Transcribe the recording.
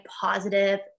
positive